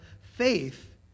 faith